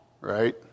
Right